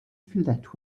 that